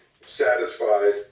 satisfied